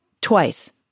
twice